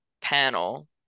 panel